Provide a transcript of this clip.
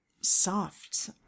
soft